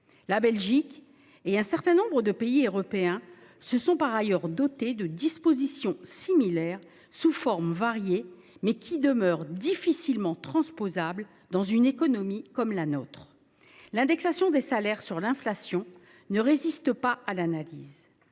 La Belgique et certains pays européens se sont par ailleurs dotés de dispositions similaires, sous des formes variées, mais qui demeurent difficilement transposables dans une économie comme la nôtre. La proposition d’indexer les salaires sur l’inflation ne résiste pas à l’analyse.